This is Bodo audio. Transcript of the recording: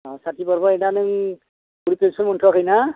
अह साथि बारबाय दा नों बुरि फेनसन मोनथ'वाखै ना